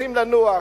רוצים לנוח,